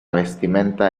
vestimenta